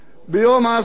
זיכרונו לברכה,